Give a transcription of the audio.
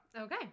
Okay